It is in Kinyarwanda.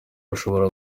bashobora